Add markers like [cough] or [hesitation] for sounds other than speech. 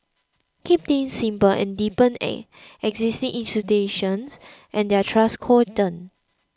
keep things simple and deepen [hesitation] existing institutions and their trust quotient